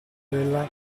della